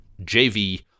JV